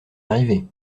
arrivée